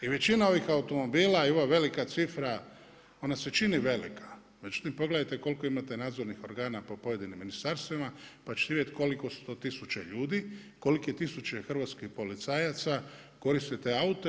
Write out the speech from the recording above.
I većina ovih automobila i ova velika cifra, ona se čini velika, međutim pogledajte koliko imate nadzornih organa po pojedinim ministarstvima, pa ćete vidjeti kolike su to tisuće ljudi, kolike tisuće hrvatskih policajaca koriste te aute.